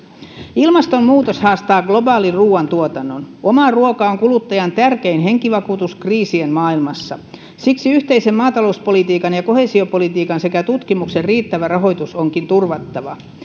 ilmastonmuutos haastaa globaalin ruuantuotannon oma ruoka on kuluttajan tärkein henkivakuutus kriisien maailmassa siksi yhteisen maatalouspolitiikan ja koheesiopolitiikan sekä tutkimuksen riittävä rahoitus onkin turvattava